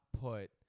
put